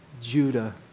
Judah